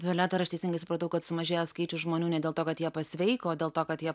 violeta ar aš teisingai supratau kad sumažėjo skaičius žmonių ne dėl to kad jie pasveiko o dėl to kad jie